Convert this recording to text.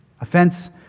Offense